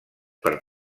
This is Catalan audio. per